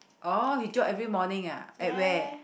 oh he jog every morning ah at where